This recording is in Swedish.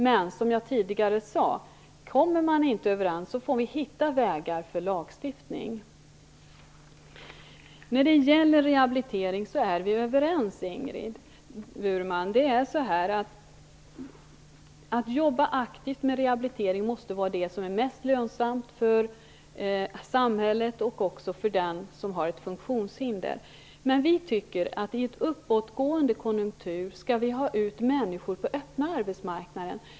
Men, som jag tidigare sade, kommer man inte överens får man hitta vägar för lagstiftning. När det gäller rehabilitering är vi överens, Ingrid Burman. Att jobba aktivt med rehabilitering måste vara det som är mest lönsamt för samhället och också för den som har ett funktionshinder. Men vi tycker att i en uppåtgående konjunktur skall vi ha ut människor på den öppna arbetsmarknaden.